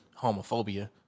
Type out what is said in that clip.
homophobia